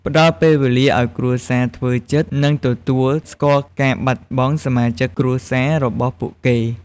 ផ្តល់ពេលវេលាឱ្យគ្រួសារធ្វើចិត្ត និងទទួលស្គាល់ការបាត់បង់សមាជិកគ្រួសាររបស់ពួកគេ។